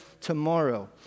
tomorrow